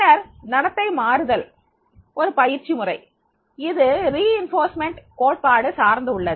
பின்னர் நடத்தை மாறுதல் ஒரு பயிற்சி முறை இது வலுவூட்டல் கோட்பாடு சார்ந்து உள்ளது